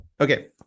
Okay